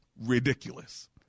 Ridiculous